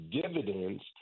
dividends